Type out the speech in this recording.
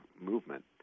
movement